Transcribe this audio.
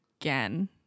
again